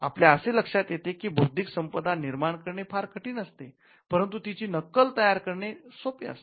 आपल्या असे लक्षात येते की बौद्धिक संपदा निर्माण करणे फार कठीण असते परंतु तिची नक्कल तयार करणे सोपे असते